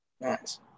Nice